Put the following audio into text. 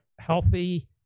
healthy